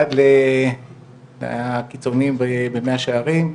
עד לקיצונים במאה שערים,